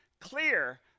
clear